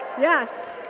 Yes